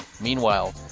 Meanwhile